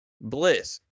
Bliss